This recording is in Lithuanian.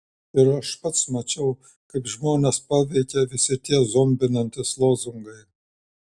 ir aš pats mačiau kaip žmones paveikia visi tie zombinantys lozungai